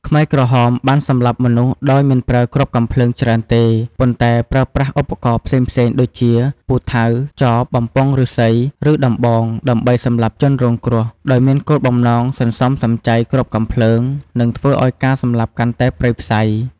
ខ្មែរក្រហមបានសម្លាប់មនុស្សដោយមិនប្រើគ្រាប់កាំភ្លើងច្រើនទេ ប៉ុន្តែប្រើប្រាស់ឧបករណ៍ផ្សេងៗដូចជា ពូថៅ ចប បំពង់ឫស្សី ឬដំបង ដើម្បីសម្លាប់ជនរងគ្រោះ ដោយមានគោលបំណងសន្សំសំចៃគ្រាប់កាំភ្លើង និងធ្វើឱ្យការសម្លាប់កាន់តែព្រៃផ្សៃ។